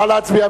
נא להצביע.